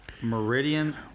Meridian